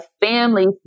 family